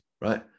right